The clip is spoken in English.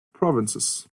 provinces